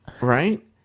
right